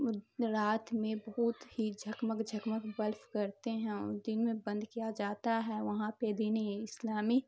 رات میں بہت ہی جگمگ جگمگ بلف کرتے ہیں اور دن میں بند کیا جاتا ہے وہاں پہ دین اسلامی